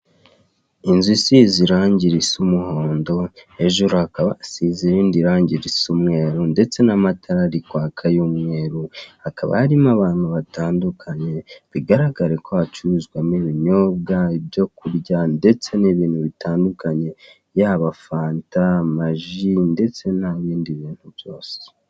Inzu isize irangi risa umuhondo hejuru hakaba hasize irindi rangi risa umweru ndetse n'amatara ari kwaka y'umweru. hakaba harimo abantu batandukanye bigaragare ko hacuruzwamo ibinyobwa, ibyo kurya ndetse n'ibintu bitandukanye yaba fanta, amaji , ndetse n'ibindi bintu byose.